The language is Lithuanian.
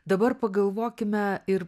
dabar pagalvokime ir